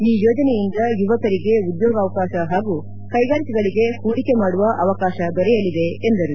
ಈ ಯೋಜನೆಯಿಂದ ಯುವಕರಿಗೆ ಉದ್ಯೋಗಾವಕಾಶ ಹಾಗೂ ಕೈಗಾರಿಕೆಗಳಿಗೆ ಹೂಡಿಕೆ ಮಾಡುವ ಅವಕಾಶ ದೊರೆಯಲಿದೆ ಎಂದರು